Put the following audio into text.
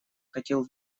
хотел